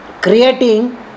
Creating